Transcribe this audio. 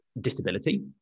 disability